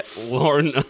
Lauren